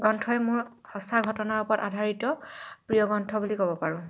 গ্ৰন্থই মোৰ সঁচা ঘটনাৰ ওপৰত আধাৰিত প্ৰিয় গ্ৰন্থ বুলি ক'ব পাৰোঁ